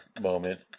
moment